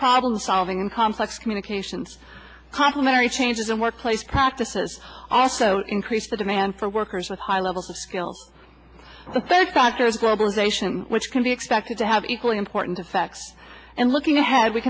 problem solving in complex communications complimentary changes in workplace practices also increase the demand for workers with high levels of skills the third doctors globalization which can be expected to have equally important facts and looking ahead we